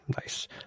Nice